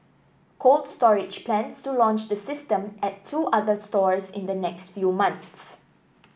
Cold Storage plans to launch the system at two other stores in the next few months